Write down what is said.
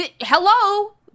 Hello